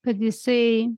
kad jisai